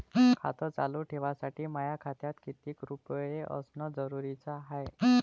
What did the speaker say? खातं चालू ठेवासाठी माया खात्यात कितीक रुपये असनं जरुरीच हाय?